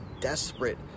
desperate